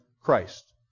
Christ